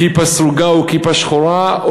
כיפה סרוגה או כיפה שחורה,